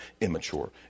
immature